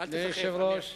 אדוני היושב-ראש,